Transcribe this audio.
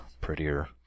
prettier